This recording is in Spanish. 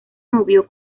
movió